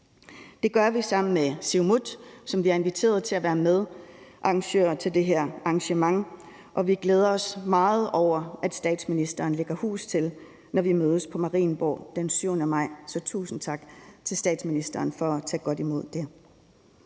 Det gør vi sammen med Siumut, som vi har inviteret til at være medarrangør af det her arrangement, og vi glæder os meget over, at statsministeren lægger hus til, når vi mødes på Marienborg den 7. maj. Så tusind tak til statsministeren for at tage godt imod det.